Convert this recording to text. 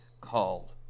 called